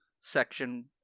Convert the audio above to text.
section